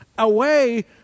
away